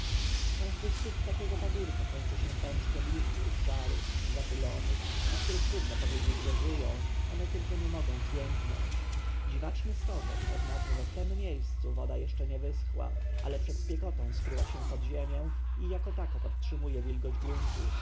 każdy szczyt takiego pagórka kończy się pęczkiem listków szarych zapylonych o których trudno powiedzieć że żyją one tylko nie mogą zwiędnąć dziwaczny stożek oznacza że w tem miejscu woda jeszcze nie wyschła ale przed spiekotą skryła się pod ziemię i jako tako podtrzymuje wilgoć gruntu